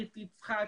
ברית יצחק,